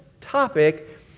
topic